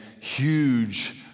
huge